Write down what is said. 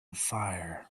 fire